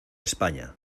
españa